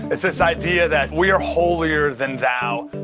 it's this idea that, we're holier than thou,